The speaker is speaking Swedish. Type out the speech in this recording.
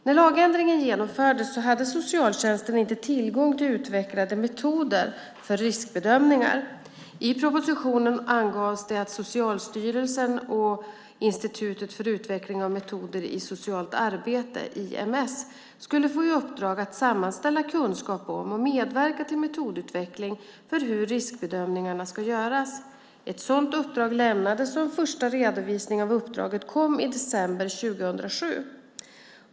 När lagändringen genomfördes hade socialtjänsten inte tillgång till utvecklade metoder för riskbedömningar. I propositionen angavs det att Socialstyrelsen och Institutet för utveckling av metoder i socialt arbete, IMS, skulle få i uppdrag att sammanställa kunskap om och medverka till metodutveckling för hur riskbedömningarna ska göras. Ett sådant uppdrag lämnades, och en första redovisning av uppdraget kom i december 2007.